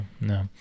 no